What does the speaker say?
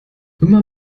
immer